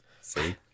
See